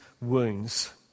wounds